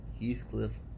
Heathcliff